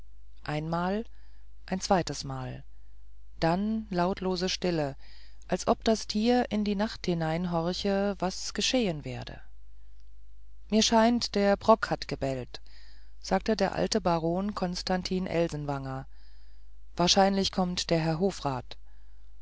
einmal ein zweites mal dann lautlose stille als ob das tier in die nacht hineinhorche was geschehen werde mir scheint der brock hat gebellt sagte der alte baron konstantin elsenwanger wahrscheinlich kommt der herr hofrat